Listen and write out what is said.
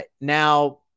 now